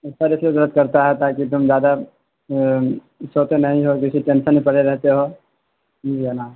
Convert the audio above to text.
اس کا جیسے تاکہ تم زیادہ سوتے نہیں ہو کسی ٹینشن میں پڑے رہتے ہو ٹھیک ہے نا